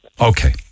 Okay